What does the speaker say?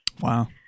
Wow